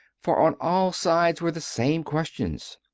for on all sides were the same questions.